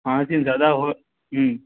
پانچ دن زیادہ ہو ہوں